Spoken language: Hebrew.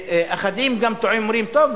ואחדים גם טועים ואומרים: טוב,